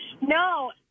no